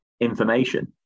information